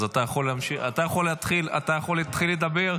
אתה יכול להתחיל לדבר.